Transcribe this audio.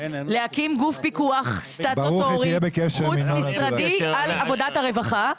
להקים גוף פיקוח סטטוטורי חוץ משרדי על עבודת הרווחה.